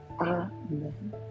Amen